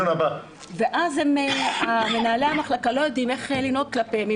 ואז מנהלי המחלקה לא יודעים איך לנהוג כלפיהן,